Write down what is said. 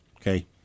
okay